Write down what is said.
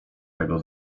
tego